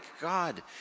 God